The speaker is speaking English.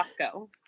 Costco